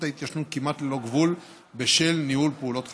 ההתיישנות כמעט ללא גבול בשל ניהול פעולות חקירה.